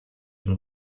from